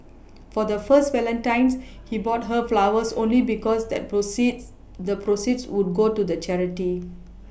for their first Valentine's he bought her flowers only because they proceeds the proceeds would go to the charity